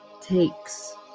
takes